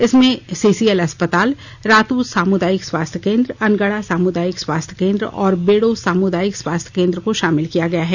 इसमें सीसीएल अस्पताल रातू सामुदायिक स्वास्थ्य केन्द्र अनगड़ा सामुदायिक स्वास्थ्य केन्द्र और बेड़ो सामुदायिक स्वास्थ्य केन्द्र को शामिल किया गया है